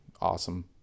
Awesome